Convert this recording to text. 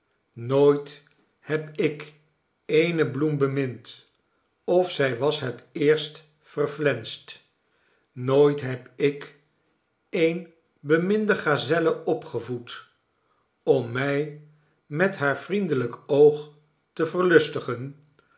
nooit heb ik eene bloem bemind of zij was het eerst verflenst nooit heb ik eene beminde gazelle opgevoed om mij met haar vriendelijk oog te